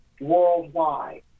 worldwide